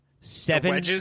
seven